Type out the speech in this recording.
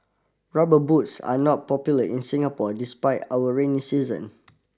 rubber boots are not popular in Singapore despite our rainy season